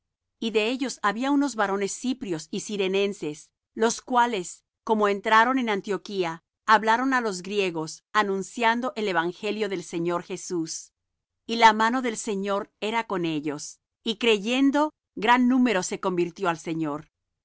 y de ellos había unos varones ciprios y cirenences los cuales como entraron en antioquía hablaron á los griegos anunciando el evangelio del señor jesús y la mano del señor era con ellos y creyendo gran número se convirtió al señor